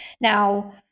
Now